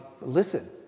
Listen